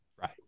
right